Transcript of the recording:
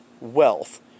wealth